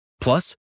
Plus